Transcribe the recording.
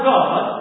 God